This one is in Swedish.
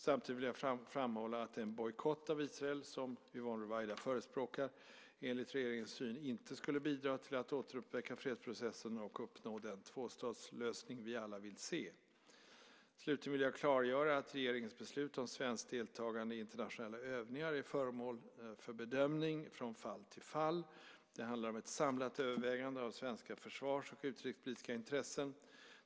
Samtidigt vill jag framhålla att en bojkott av Israel, som Yvonne Ruwaida förespråkar, enligt regeringens syn inte skulle bidra till att återuppväcka fredsprocessen och uppnå den tvåstatslösning vi alla vill se. Slutligen vill jag klargöra att regeringens beslut om svenskt deltagande i internationella övningar är föremål för bedömning från fall till fall. Det handlar om ett samlat övervägande av svenska försvars och utrikespolitiska intressen.